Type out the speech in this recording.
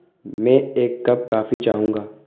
मैं एक cup coffee चाहूँगा